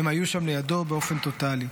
והם היו שם לידו באופן טוטלי.